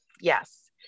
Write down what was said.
Yes